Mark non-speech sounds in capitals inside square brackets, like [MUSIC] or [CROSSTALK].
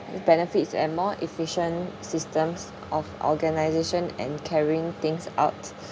with benefits and more efficient systems of organization and carrying things out [BREATH]